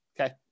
Okay